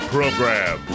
Program